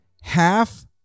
half